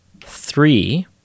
Three